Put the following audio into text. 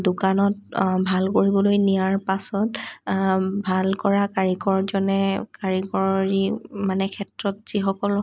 দোকানত ভাল কৰিবলৈ নিয়াৰ পাছত ভাল কৰা কাৰিকৰজনে কাৰিকৰী মানে ক্ষেত্ৰত যিসকল